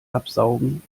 absaugen